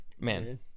man